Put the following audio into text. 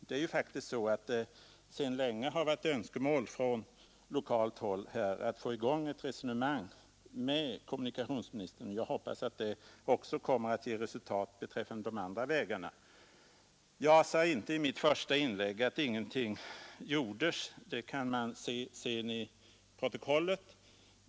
Det har faktiskt sedan länge varit ett 28 november 1972 önskemål från lokalt håll att få i gång ett resonemang med kommunika ————— tionsministern, och jag hoppas att det också kommer att ge resultat Om utbyggnad av beträffande de andra vägarna. Norrtäljevägen och Jag sade inte i mitt första inlägg att ingenting gjordes; det kan man se Kapellskärsvägen av protokollet.